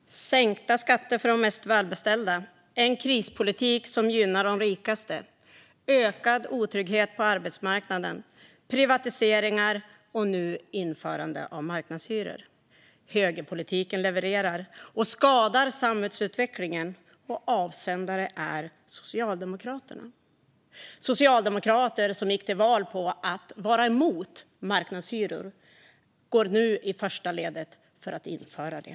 Fru talman! Sänkta skatter för de mest välbeställda. En krispolitik som gynnar de rikaste. Ökad otrygghet på arbetsmarknaden. Privatiseringar och nu införande av marknadshyror. Högerpolitiken levererar och skadar samhällsutvecklingen. Avsändare är Socialdemokraterna. Socialdemokrater som gick till val på att vara emot marknadshyror går nu i första ledet för att införa dem.